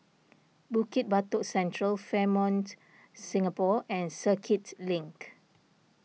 Bukit Batok Central Fairmont Singapore and Circuit Link